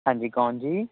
ਹਾਂਜੀ ਕੌਣ ਜੀ